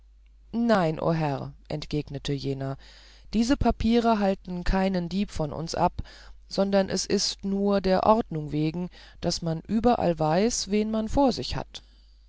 nein herr entgegnete jener diese papiere halten keinen dieb von uns ab sondern es ist nur der ordnung wegen daß man überall weiß wen man vor sich hat